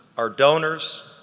our donors,